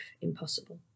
impossible